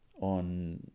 on